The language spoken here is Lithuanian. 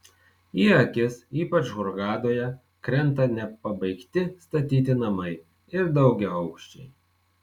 į akis ypač hurgadoje krenta nepabaigti statyti namai ir daugiaaukščiai